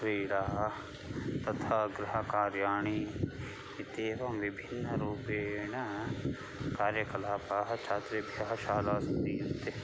क्रीडाः तथा गृहकार्याणि इत्येवं विभिन्नरूपेण कार्यकलापाः छात्रेभ्यः शालासु दीयन्ते